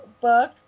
book